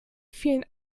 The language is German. vielen